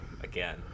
again